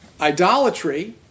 idolatry